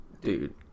dude